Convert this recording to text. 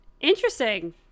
Interesting